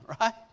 right